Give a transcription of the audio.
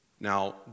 Now